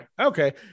okay